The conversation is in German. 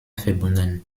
verbunden